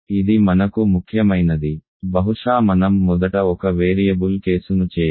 ఇది మనకు ముఖ్యమైనది బహుశా మనం మొదట ఒక వేరియబుల్ కేసును చేయాలి